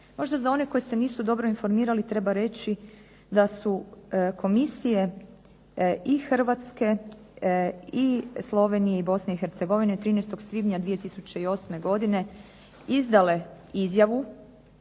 Možda za one koji se nisu dobro informirali treba reći da su komisije i Hrvatske i Slovenije i Bosne i Hercegovine 13. svibnja 2008. godine izdale izjavu